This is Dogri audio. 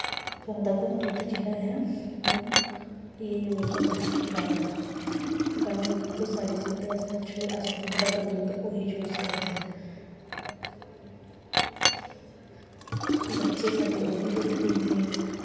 जादातर दुद्ध जेह्ड़ा ऐ ओह् एह् य़ूस होंदा ऐ गायें दा गायें दा दुद्ध साढ़ी सेह्त बास्तै अच्छा होंदा ऐ अस जादातर दुद्ध ओह् ही यूस करदे ऐ बच्चे साढ़े ओह् ही दुद्ध पींदे ऐ